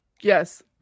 Yes